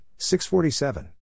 647